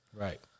right